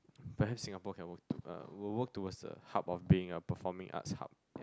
perhaps Singapore can work to uh we will work towards a hub of being a performing arts hub